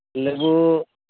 ᱞᱮᱵᱩᱻ